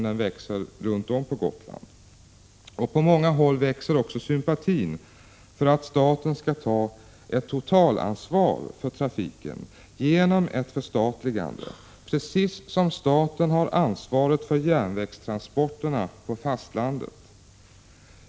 Den växer också runt om på Gotland. På många håll tilltar också sympatin för tanken att staten skall ta ett totalansvar för trafiken genom ett förstatligande precis som staten har ansvaret för järnvägstransporterna på fastlandet.